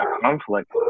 conflict